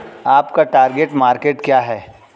आपका target market क्या है?